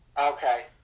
Okay